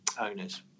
owners